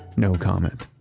no comment.